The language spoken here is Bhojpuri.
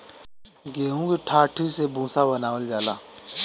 गेंहू की डाठी से भूसा बनावल जाला